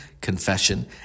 confession